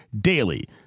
DAILY